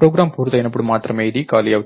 programme పూర్తయినప్పుడు మాత్రమే ఇది ఖాళీ అవుతుంది